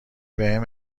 بهم